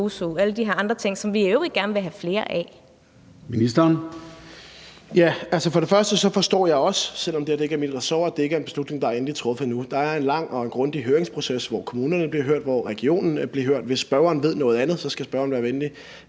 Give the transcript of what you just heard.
Kl. 14:09 Ministeren for byer og landdistrikter (Morten Dahlin): Altså, først og fremmest forstår jeg også, selv om det ikke er mit ressort, at det ikke er en beslutning, der er endeligt truffet endnu. Der er en lang og grundig høringsproces, hvor kommunerne bliver hørt, og hvor regionen bliver hørt. Hvis spørgeren ved noget andet, skal spørgeren være venlig